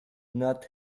not